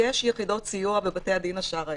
יש יחידות סיוע בבתי הדין השרעי.